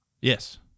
Yes